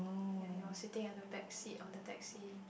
ya he was sitting at the back of the taxi